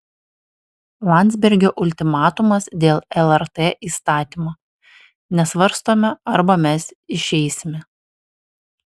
landsbergio ultimatumas dėl lrt įstatymo nesvarstome arba mes išeisime